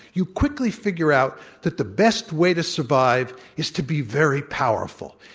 you quickly figure out that the best way to survive is to be very powerful